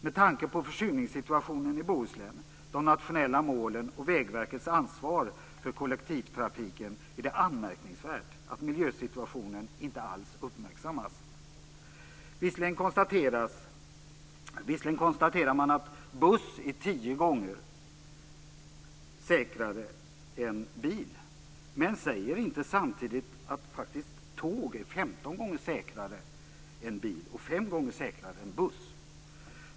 Med tanke på försurningssituationen i Bohuslän, de nationella målen och Vägverkets ansvar för kollektivtrafiken, är det anmärkningsvärt att miljösituationen inte alls uppmärksammas. Visserligen konstaterar man att buss är tio gånger säkrare än bil, men man säger inte samtidigt att tåg är 15 gånger säkrare än bil och fem gånger säkrare än buss. Fru talman!